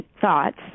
thoughts